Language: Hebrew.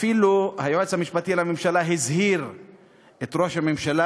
אפילו היועץ המשפטי לממשלה הזהיר את ראש הממשלה